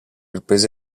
riprese